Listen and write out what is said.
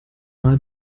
mal